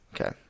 Okay